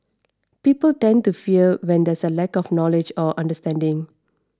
people tend to fear when there is a lack of knowledge or understanding